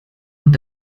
und